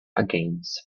against